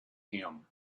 him